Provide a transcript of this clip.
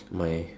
my